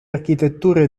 architetture